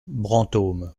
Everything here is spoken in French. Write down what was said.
brantôme